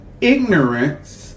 ignorance